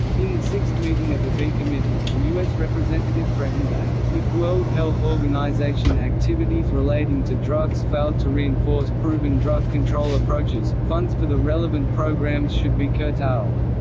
in the sixth meeting of the b committee, the us representative threatened that if world health organization activities relating to drugs failed to reinforce proven drug control approaches, funds for the relevant programs should be curtailed.